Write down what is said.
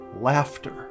laughter